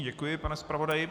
Děkuji, pane zpravodaji.